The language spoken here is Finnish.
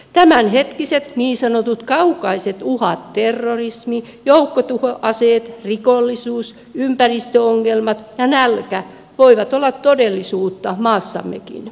tämänhetkiset niin sanotut kaukaiset uhat terrorismi joukkotuhoaseet rikollisuus ympäristöongelmat ja nälkä voivat olla todellisuutta maassammekin